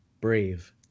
brave